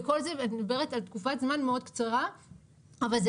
וכל זה אני מדבר על תקופת זמן מאוד קצרה אבל זה